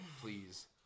please